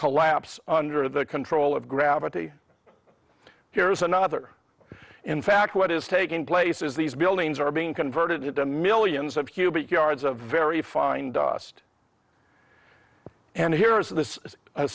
collapse under the control of gravity here is another in fact what is taking place is these buildings are being converted into millions of cubic yards of very fine dust and here is this is a